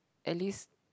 at least